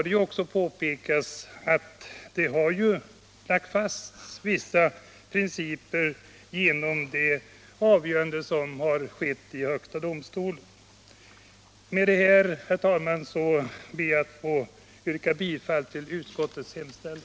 Det bör också påpekas att vissa principer redan har fastslagits genom det avgörande som förevarit i högsta domstolen. Med detta ber jag, herr talman, att få yrka bifall till utskottets hemställan.